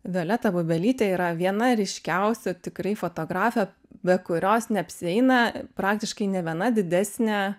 violeta bubelytė yra viena ryškiausių tikrai fotografė be kurios neapsieina praktiškai nė viena didesnė